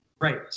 Right